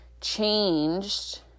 changed